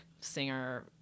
singer